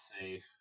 safe